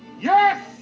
Yes